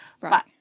Right